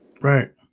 right